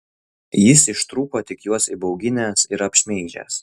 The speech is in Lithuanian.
jis ištrūko tik juos įbauginęs ir apšmeižęs